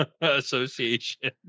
association